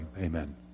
Amen